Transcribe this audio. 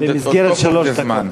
במסגרת שלוש דקות.